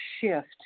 shift